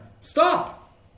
Stop